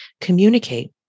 communicate